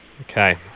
Okay